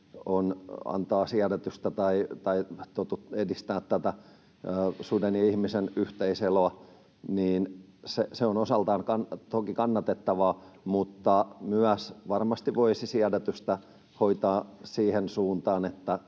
antaa siedätystä tai edistää tätä suden ja ihmisen yhteiseloa, on osaltaan toki kannatettavaa, mutta varmasti voisi siedätystä hoitaa myös siihen suuntaan,